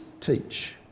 teach